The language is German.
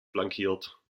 flankiert